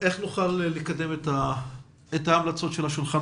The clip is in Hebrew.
איך נוכל לקדם את ההמלצות של השולחן